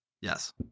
Yes